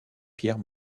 pierre